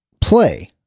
play